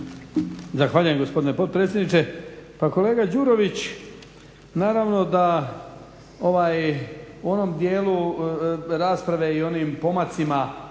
Zahvaljujem gospodine potpredsjedniče. Pa kolega Đurović naravno da u onom dijelu rasprave i u onim pomacima